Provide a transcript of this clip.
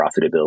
profitability